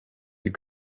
you